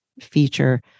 feature